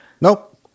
Nope